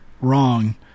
wrong